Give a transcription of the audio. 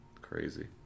Crazy